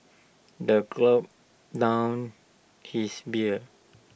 the gulped down his beer